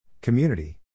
Community